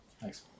Thanks